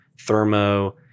thermo